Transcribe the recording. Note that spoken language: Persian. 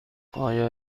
آیا